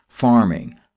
farming